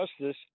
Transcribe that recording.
justice